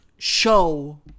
show